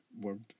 word